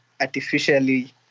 artificially